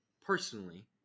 personally